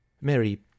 Mary